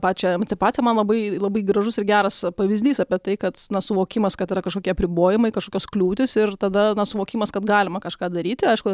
pačią emancipaciją man labai labai gražus ir geras pavyzdys apie tai kad na suvokimas kad yra kažkokie apribojimai kažkokios kliūtys ir tada na suvokimas kad galima kažką daryti aišku